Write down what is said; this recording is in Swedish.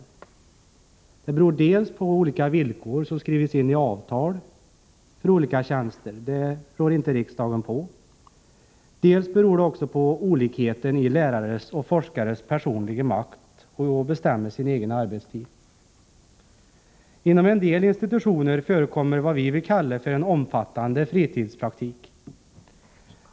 Detta beror dels på skilda villkor som skrivits in i avtalen för olika tjänster — och detta rår inte riksdagen på — dels också på olikheten i lärares och forskares personliga makt att bestämma sin egen arbetstid. Inom en del institutioner förekommer vad vi vill kalla för en omfattande fritidspraktik.